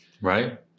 Right